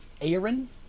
Aaron